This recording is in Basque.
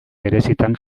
gerizetan